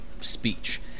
speech